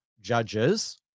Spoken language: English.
judges